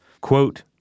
Quote